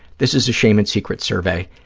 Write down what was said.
this is a shame and secrets survey,